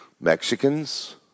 Mexicans